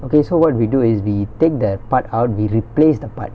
okay so what we do is we take that part out we replace the part